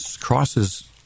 crosses